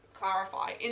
Clarify